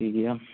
ਠੀਕ ਆ